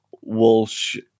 Walsh